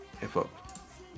hip-hop